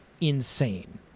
insane